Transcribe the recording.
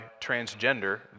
transgender